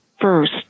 first